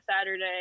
Saturday